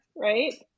right